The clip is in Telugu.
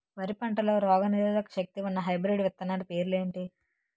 వరి పంటలో రోగనిరోదక శక్తి ఉన్న హైబ్రిడ్ విత్తనాలు పేర్లు ఏంటి?